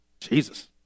Jesus